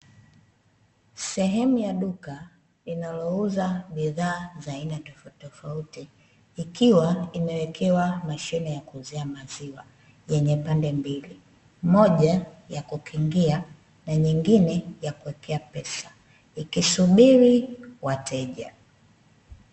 Sehemu ya duka inalouza bidhaa za aina tofautitofauti, ikiwa imewekewa mashine ya kuuzia maziwa yenye pande mbili, moja ya kukingia, na nyingine ya kuwekea pesa; ikisubiri wateja.